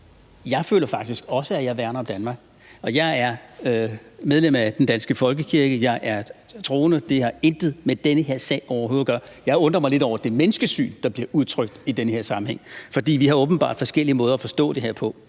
at jeg faktisk også føler, at jeg værner om Danmark. Jeg er medlem af den danske folkekirke; jeg er troende – det har overhovedet intet med den her sag at gøre. Jeg undrer mig lidt over det menneskesyn, der bliver udtrykt i den her sammenhæng. For vi har åbenbart forskellige måder at forstå det her på.